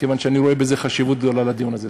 כיוון שאני רואה חשיבות רבה בדיון הזה.